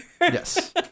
Yes